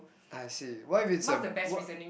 I see what if it's a what